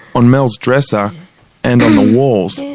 on mel's dresser and on the walls,